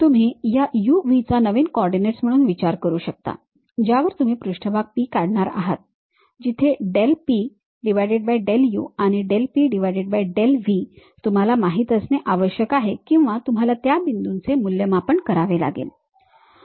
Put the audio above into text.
तुम्ही या u v चा नवीन कोऑर्डिनेट्स म्हणून विचार करू शकता ज्यावर तुम्ही पृष्ठभाग P काढणार आहात जिथे del P del u आणि del P del v तुम्हाला माहित असणे आवश्यक आहे किंवा तुम्हाला त्या बिंदूंचे मूल्यमापन करावे लागेल